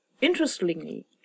Interestingly